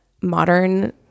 modern